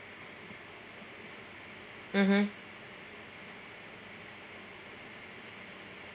mmhmm